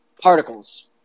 particles